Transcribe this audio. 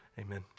Amen